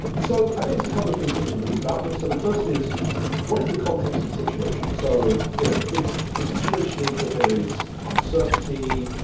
so i think there's a couple of things that we can think about that. so the first is what is the context of the situation? so you know if the situation is that there is uncertainty,